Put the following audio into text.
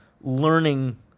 learning